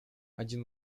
один